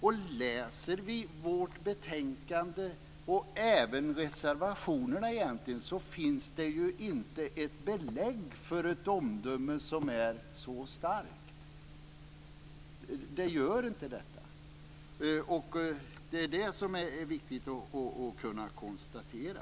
Om vi läser vårt betänkande och reservationerna finns det inget belägg för något så starkt omdöme. Det är viktigt att konstatera.